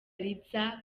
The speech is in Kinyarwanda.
riza